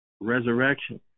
resurrection